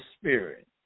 Spirit